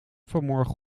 vanmorgen